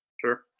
Sure